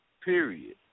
period